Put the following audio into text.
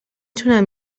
تونم